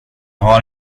har